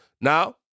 Now